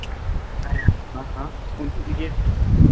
हाँ हाँ उनके लिए